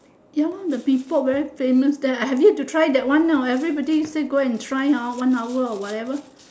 ya lor the mee-pok very famous there I've yet to try that one ah everybody say go and try hor one hour or whatever